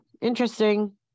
interesting